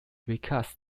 recast